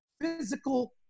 physical